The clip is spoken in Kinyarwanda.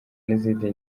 n’izindi